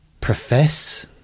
profess